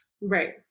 Right